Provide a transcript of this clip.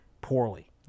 poorly